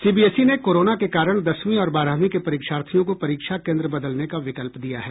CBSE ने corona के कारण दसवीं और बारहवीं के परीक्षार्थियों को परीक्षा केन्द्र बदलने का विकल्प दिया है